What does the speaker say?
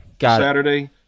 Saturday